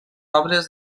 obres